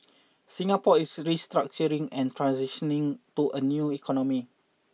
Singapore is restructuring and transitioning to a new economy